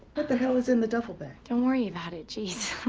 but the hell is in the duffel bag? don't worry about it, geez.